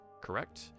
correct